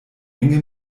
enge